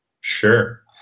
Sure